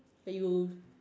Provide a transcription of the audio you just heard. that you